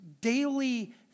daily